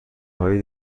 های